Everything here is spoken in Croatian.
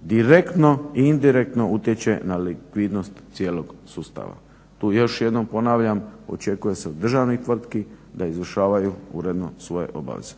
direktno i indirektno utječe na likvidnost cijelog sustava. Tu još jednom ponavljam očekuje se od državnih tvrtki da izvršavaju uredno svoje obaveze.